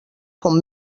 com